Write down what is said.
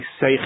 say